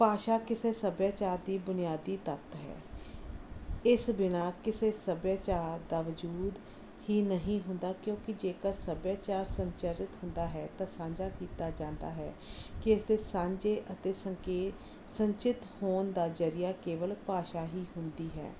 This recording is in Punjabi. ਭਾਸ਼ਾ ਕਿਸੇ ਸੱਭਿਆਚਾਰ ਦੀ ਬੁਨਿਆਦੀ ਤੱਤ ਹੈ ਇਸ ਬਿਨਾਂ ਕਿਸੇ ਸੱਭਿਆਚਾਰ ਦਾ ਵਜੂਦ ਹੀ ਨਹੀਂ ਹੁੰਦਾ ਕਿਉਂਕਿ ਜੇਕਰ ਸੱਭਿਆਚਾਰ ਸੰਚਾਰਿਤ ਹੁੰਦਾ ਹੈ ਤਾਂ ਸਾਂਝਾ ਕੀਤਾ ਜਾਂਦਾ ਹੈ ਕਿ ਇਸ ਦੇ ਸਾਂਝੇ ਅਤੇ ਸੰਕੇ ਸੰਚਿਤ ਹੋਣ ਦਾ ਜਰੀਆ ਕੇਵਲ ਭਾਸ਼ਾ ਹੀ ਹੁੰਦੀ ਹੈ